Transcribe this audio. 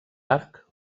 arc